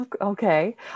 Okay